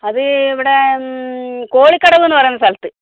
അത് ഇവിടെ കോളിക്കടവ് എന്ന് പറയുന്ന സ്ഥലത്ത്